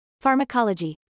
Pharmacology